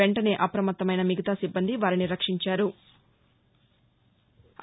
వెంటనే అప్రమత్తమైన మిగతా సిబ్బంది వారిని రక్షించారు